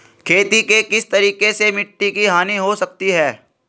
खेती के किस तरीके से मिट्टी की हानि हो सकती है?